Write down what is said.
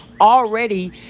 already